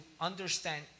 understand